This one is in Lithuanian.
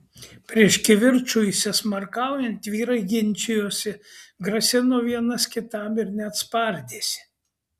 prieš kivirčui įsismarkaujant vyrai ginčijosi grasino vienas kitam ir net spardėsi